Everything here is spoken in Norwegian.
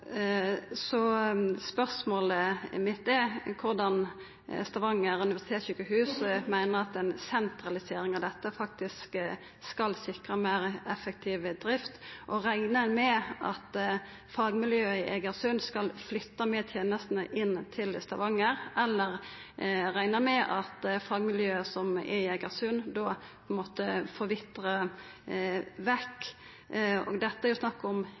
Så spørsmålet mitt er: Korleis meiner Stavanger universitetssjukehus at ei sentralisering av dette faktisk skal sikra ei meir effektiv drift? Reknar ein med at fagmiljøet i Egersund skal flytta med tenestene inn til Stavanger, eller reknar ein med at fagmiljøet som er i Egersund, då vil forvitra vekk? Dette er snakk om